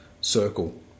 circle